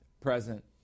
present